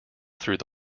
through